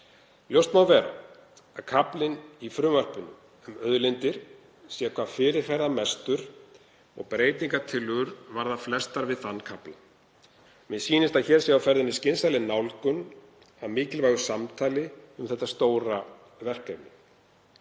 Ljóst má vera að kaflinn í frumvarpinu um auðlindir sé hvað fyrirferðarmestur og breytingartillögur varða flestar þann kafla. Mér sýnist að hér sé á ferðinni skynsamleg nálgun að mikilvægu samtali um þetta stóra verkefni.